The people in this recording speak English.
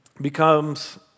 becomes